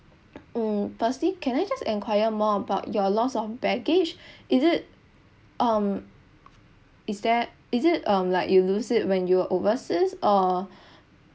mm firstly can I just enquire more about your loss of baggage is it um is there is it um like you lose it when you were overseas or